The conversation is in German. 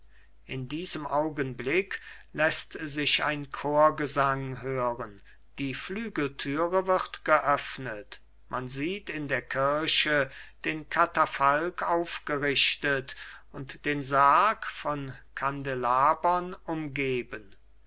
in diesem augenblick läßt sich ein chorgesang hören die flügelthüre wird geöffnet man sieht in der kirche den katafalk aufgerichtet und den sarg von candelabern umgeben